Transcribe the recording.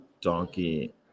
donkey